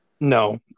no